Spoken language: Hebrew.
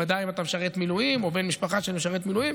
ודאי אם אתה משרת מילואים או בן משפחת של משרת מילואים.